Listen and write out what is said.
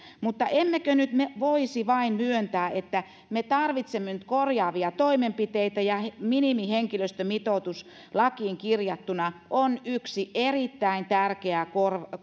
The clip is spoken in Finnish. emmekö me nyt voisi vain myöntää että me tarvitsemme nyt korjaavia toimenpiteitä ja että minimihenkilöstömitoitus lakiin kirjattuna on yksi erittäin tärkeä